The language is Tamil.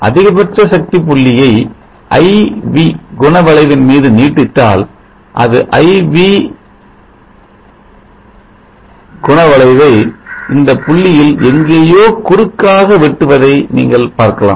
அதிகபட்ச சக்தி புள்ளியை I V குண வளைவின் மீது நீட்டித்தால் அது I V அழுகி குணவளைவை இந்த புள்ளியில் எங்கேயோ குறுக்காக வெட்டுவதை நீங்கள் பார்க்கலாம்